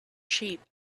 sheep